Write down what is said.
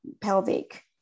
pelvic